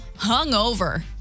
hungover